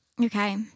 Okay